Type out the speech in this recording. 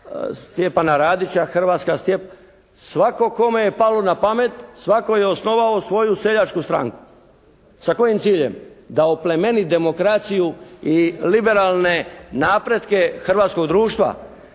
Stjepana Radića, Hrvatska, svatko kome je palo na pamet, svatko je osnovao svoju seljačku stranku. Sa kojim ciljem? Da oplemeni demokraciju i liberalne napretke hrvatskog društva